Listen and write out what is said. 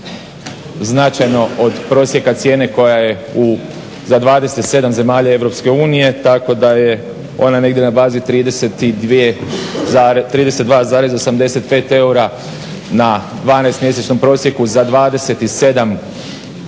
značajno od prosjeka cijene koja je za 27 zemalja Europske unije tako da je ona negdje na bazi 32,85 eura na 12-mjesečnom prosjeku za 27 EU zemalja,